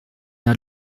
der